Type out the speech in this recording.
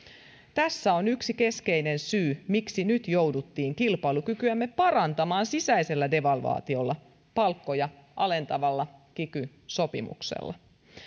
tässä on yksi keskeinen syy miksi nyt jouduttiin kilpailukykyämme parantamaan sisäisellä devalvaatiolla palkkoja alentavalla kiky sopimuksella